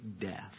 death